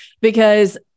because-